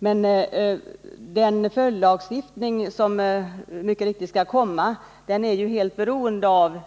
Hur den följdlagstiftning skall se ut som mycket riktigt skall komma är helt beroende av